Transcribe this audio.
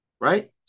right